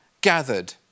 gathered